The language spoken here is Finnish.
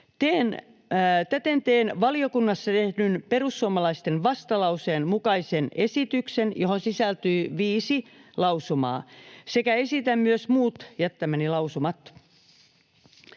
Täten teen valiokunnassa tehdyn perussuomalaisten vastalauseen mukaisen esityksen, johon sisältyy viisi lausumaa, sekä esitän myös muut jättämäni lausumat.